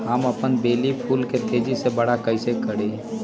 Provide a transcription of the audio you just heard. हम अपन बेली फुल के तेज़ी से बरा कईसे करी?